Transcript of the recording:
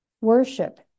worship